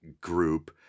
group